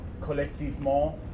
collectivement